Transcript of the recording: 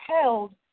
held